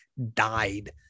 Died